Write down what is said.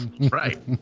right